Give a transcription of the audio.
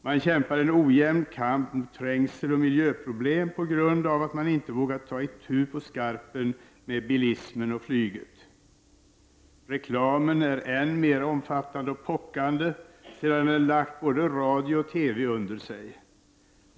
Man kämpar en ojämn kamp mot trängsel och miljöproblem på grund av att man inte vågat ta itu på skarpen mot bilismen och flyget. Reklamen är än mer omfattande och pockande, sedan den lagt både radio och TV under sig.